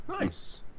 Nice